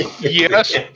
Yes